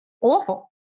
awful